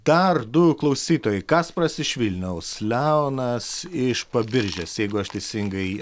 dar du klausytojai kasparas iš vilniaus leonas iš pabiržės jeigu aš teisingai